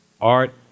Art